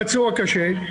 פצוע קשה,